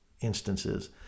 instances